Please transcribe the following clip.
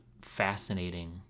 fascinating